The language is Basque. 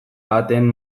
ahateen